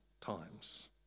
times